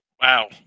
Wow